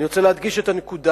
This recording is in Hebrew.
אני רוצה להדגיש את הנקודה